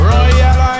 Royal